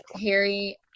Harry